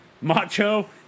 Macho